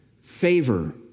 favor